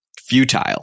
futile